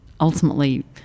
ultimately